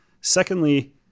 Secondly